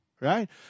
right